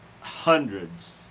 hundreds